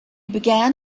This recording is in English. began